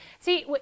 See